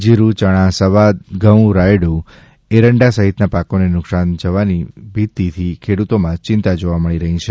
જીરું યણા સવા ઘઉં રાયડુએરંડા સહિતના પાકોને નુકશાન જવાની ભીતિથી ખેડૂતોમાં ચિંતા જોવા મળી રહી છે